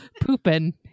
pooping